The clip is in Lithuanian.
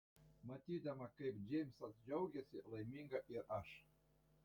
matydama kaip džeimsas džiaugiasi laiminga ir aš